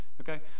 okay